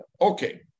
Okay